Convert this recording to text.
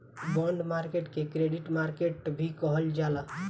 bond market के credit market भी कहल जाला